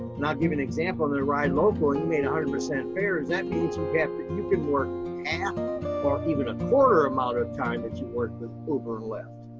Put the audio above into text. and i'll give an example, in the ride local, you made one hundred percent fare, that means you get, you can work half or even a quarter amount of time that you worked with uber and lyft.